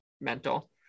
mental